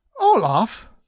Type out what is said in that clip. Olaf